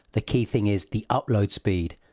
the key thing is the upload speed.